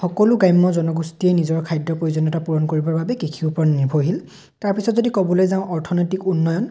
সকলো গ্ৰাম্য জনগোষ্ঠীয়ে নিজৰ খাদ্য প্ৰয়োজনীয়তা পূৰণ কৰিবৰ বাবে কৃষিৰ ওপৰত নিৰ্ভৰশীল তাৰপিছত যদি ক'বলৈ যাওঁ অৰ্থনৈতিক উন্নয়ন